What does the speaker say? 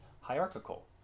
hierarchical